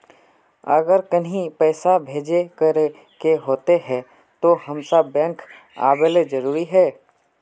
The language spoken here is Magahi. अगर कहीं पैसा भेजे करे के होते है तो हमेशा बैंक आबेले जरूरी है?